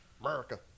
America